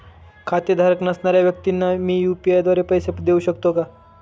खातेधारक नसणाऱ्या व्यक्तींना मी यू.पी.आय द्वारे पैसे देऊ शकतो का?